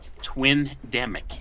twin-demic